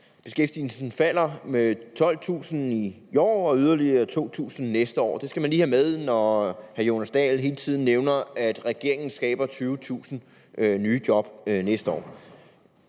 beskæftigelsen falder med 12.000 personer i år og med yderligere 2.000 næste år. Det skal man lige have med, når hr. Jonas Dahl hele tiden nævner, at regeringen skaber 20.000 nye job næste år.